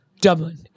Dublin